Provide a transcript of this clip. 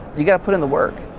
you've got to put in the work.